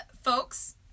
Folks